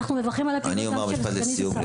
אנחנו מברכים על פעילות סגנית השרה.